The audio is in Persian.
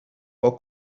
پاک